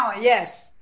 yes